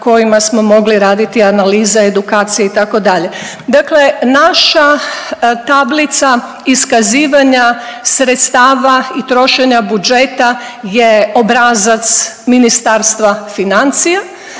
kojima smo mogli raditi analize, edukacije itd. Dakle, naša tablica iskazivanja sredstava i trošenja budžeta je obrazac Ministarstva financija.